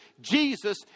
Jesus